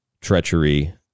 treachery